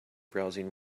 browsing